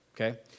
okay